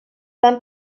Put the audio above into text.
tant